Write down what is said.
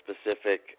specific